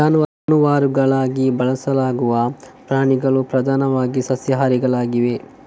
ಜಾನುವಾರುಗಳಾಗಿ ಬಳಸಲಾಗುವ ಪ್ರಾಣಿಗಳು ಪ್ರಧಾನವಾಗಿ ಸಸ್ಯಾಹಾರಿಗಳಾಗಿವೆ